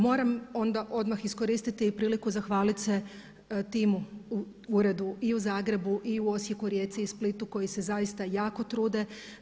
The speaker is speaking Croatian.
Moram onda odmah iskoristiti i priliku zahvaliti se timu u uredu i u Zagrebu, Osijeku, Rijeci i Splitu koji se zaista jako trude.